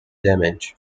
damage